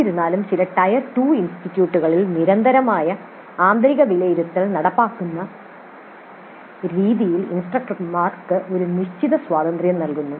എന്നിരുന്നാലും ചില ടയർ 2 ഇൻസ്റ്റിറ്റ്യൂട്ടുകളിൽ നിരന്തരമായ ആന്തരിക വിലയിരുത്തൽ നടപ്പിലാക്കുന്ന രീതിയിൽ ഇൻസ്ട്രക്ടർമാർക്ക് ഒരു നിശ്ചിത സ്വാതന്ത്ര്യം നൽകുന്നു